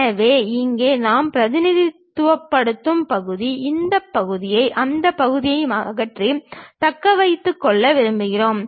எனவே இங்கே நாம் பிரதிநிதித்துவப்படுத்தும் பகுதி இந்த பகுதியை அந்த பகுதியை அகற்றி தக்க வைத்துக் கொள்ள விரும்புகிறோம்